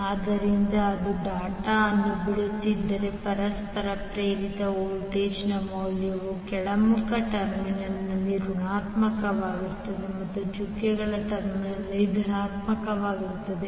ಆದ್ದರಿಂದ ಅದು ಡಾಟ್ ಅನ್ನು ಬಿಡುತ್ತಿದ್ದರೆ ಪರಸ್ಪರ ಪ್ರೇರಿತ ವೋಲ್ಟೇಜ್ನ ಮೌಲ್ಯವು ಕೆಳಮುಖ ಟರ್ಮಿನಲ್ನಲ್ಲಿ ಋಣಾತ್ಮಕವಾಗಿರುತ್ತದೆ ಮತ್ತು ಚುಕ್ಕೆಗಳ ಟರ್ಮಿನಲ್ನಲ್ಲಿ ಧನಾತ್ಮಕವಾಗಿರುತ್ತದೆ